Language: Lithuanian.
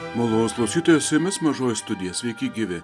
malonūs klaustytojai su jumis mažoji studija sveiki gyvi